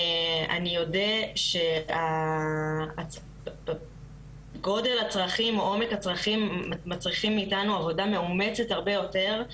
אני אודה שגודל הצרכים ועומקם מצריכים איתנו עבודה מאומצת הרבה יותר,